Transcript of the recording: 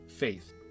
Faith